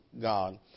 God